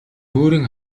өөрийн